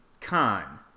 con